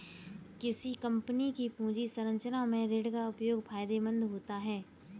किसी कंपनी की पूंजी संरचना में ऋण का उपयोग फायदेमंद होता है